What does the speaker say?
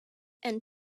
and